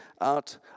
out